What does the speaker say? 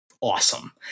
awesome